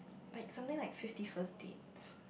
like something like Fifty First Dates